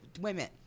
women